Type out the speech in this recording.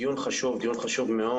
דיון חשוב מאוד.